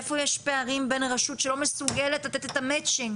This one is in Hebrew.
איפה יש פערים בין הרשות שלא מסוגלת לתת את המאצ'ינג